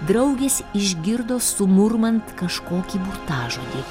draugės išgirdo sumurmant kažkokį burtažodį